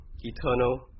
eternal